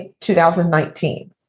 2019